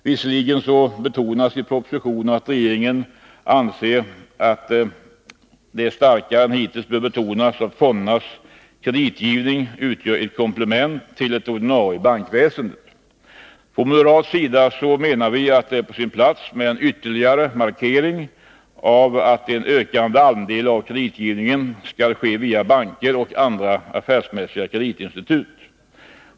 Visserligen framhålls i propositionen att 11 juni 1982 regeringen anser att det starkare än hittills bör betonas att fondernas kreditgivning utgör ett komplement till det ordinarie bankväsendet. Från Åtgärder för de moderat sida menar vi emellertid att det är på sin plats med en ytterligare markering av att en ökande andel av kreditgivningen skall ske via banker och andra affärsmässiga kreditinstitut.